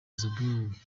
johannesburg